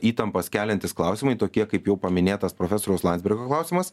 įtampas keliantys klausimai tokie kaip jau paminėtas profesoriaus landsbergio klausimas